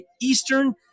Eastern